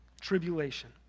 tribulation